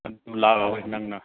ꯅꯪꯅ